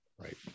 Right